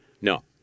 no